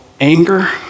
anger